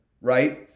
right